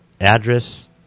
address